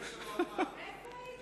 איפה היית?